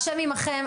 השם עמכם,